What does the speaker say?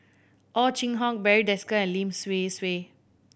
Ow Chin Hock Barry Desker and Lim Swee Say